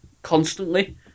constantly